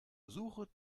suche